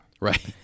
Right